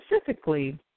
specifically